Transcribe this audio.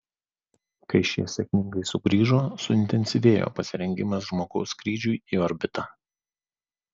kai šie sėkmingai sugrįžo suintensyvėjo pasirengimas žmogaus skrydžiui į orbitą